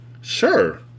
Sure